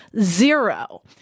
Zero